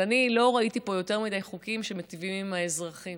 אני לא ראיתי פה יותר מדי חוקים שמיטיבים עם האזרחים,